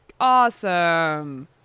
Awesome